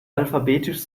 alphabetisch